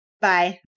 Bye